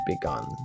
begun